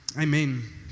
Amen